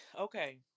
okay